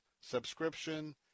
subscription